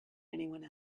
anyone